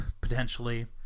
potentially